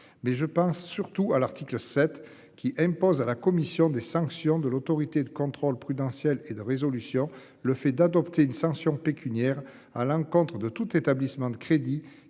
Mais je pense surtout à l'article 7 qui impose à la commission des sanctions de l'Autorité de contrôle prudentiel et de résolution. Le fait d'adopter une sanction pécuniaires à l'encontre de tout établissement de crédit